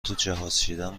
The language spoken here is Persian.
توجهازچیدن